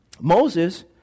Moses